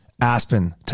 Aspen